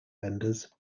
vendors